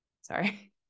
sorry